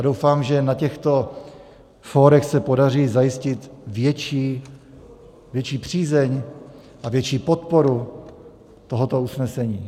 Doufám, že na těchto fórech se podaří zajistit větší přízeň a větší podporu tohoto usnesení.